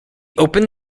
opened